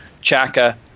Chaka